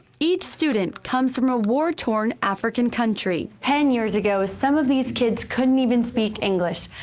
each student comes from a war-torn africa country. ten years ago, some of these kids couldn't even speak english,